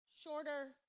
shorter